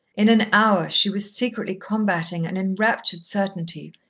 in an hour, she was secretly combating an enraptured certainty,